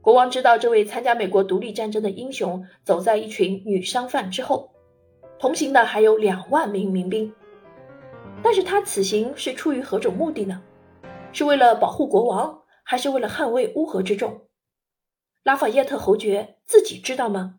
国王知道这位参加美国独立战争的英雄走在一群女商贩之后，同行的还有2万名民兵。但是他此行是出于何种目的呢？是为了保护国王，还是为了捍卫乌合之众？拉法耶特侯爵自己知道吗？